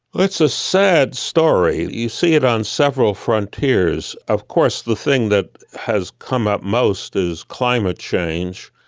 it's a sad story. you see it on several frontiers. of course the thing that has come up most is climate change.